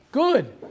Good